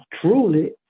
truly